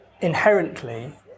inherently